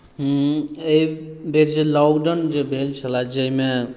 एहिबेर जे लॉकडाउन जे भेल छलए जाहिमे